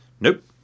Nope